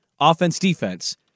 offense-defense